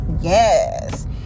yes